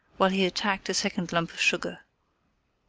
while he attacked a second lump of sugar.